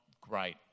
great